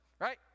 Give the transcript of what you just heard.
right